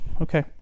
Okay